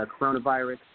coronavirus